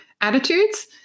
attitudes